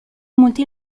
molti